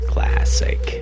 Classic